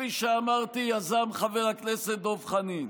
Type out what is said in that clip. שכפי שאמרתי יזם חבר הכנסת דב חנין.